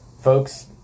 Folks